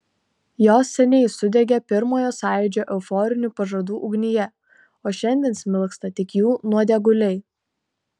jos seniai sudegė pirmojo sąjūdžio euforinių pažadų ugnyje o šiandien smilksta tik jų nuodėguliai